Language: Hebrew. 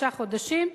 שישה חודשים,